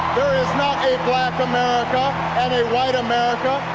is not a black america and a white america,